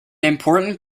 important